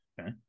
Okay